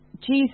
Jesus